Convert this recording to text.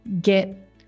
get